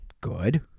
good